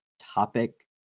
topic